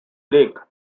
break